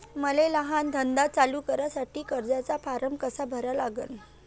मले लहान धंदा चालू करासाठी कर्जाचा फारम कसा भरा लागन?